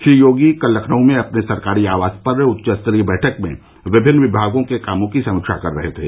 श्री योगी कल लखनऊ में अपने सरकारी आवास पर हुई उच्चस्तरीय बैठक में विभिन्न विभागों के कामों की समीक्षा कर रहे थे